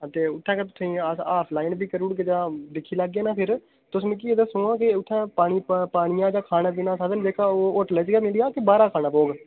हां ते उत्थै गै तुसेंगी अस आफलाइन बी करूड़ गे ते दिक्खी लैगे ना फिर तुस मिकी एह् दस्सो हां के उत्थै पा पानियै दा ते खाने पीने दा साधन जेह्का ओह् होटलै च गै मिली जाग जां बाहरै दा खाना पौग